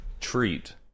treat